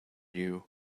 you